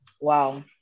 Wow